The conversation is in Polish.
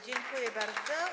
Dziękuję bardzo.